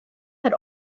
had